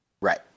Right